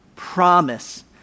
promise